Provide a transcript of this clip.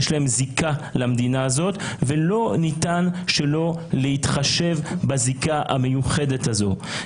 יש להם זיקה למדינה ולא ניתן שלא להתחשב בזיקה המיוחדת הזאת.